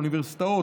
אוניברסיטאות,